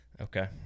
okay